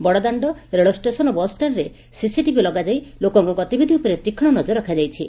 ବଡ଼ଦାଣ୍ଡ ରେଳଷେସନ ଏବଂ ବସ୍ଷାଣରେ ସିସିଟିଭି ଲଗାଯାଇ ଲୋକଙ୍କ ଗତିବିଧି ଉପରେ ତୀକ୍ଷଣ ନଜର ରଖାଯାଇଛି